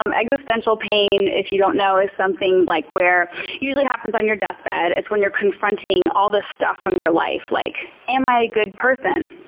um existential pain, if you don't know, is something like where usually it happens on your deathbed. it's when you're confronting all the stuff from your life like, am i a good person?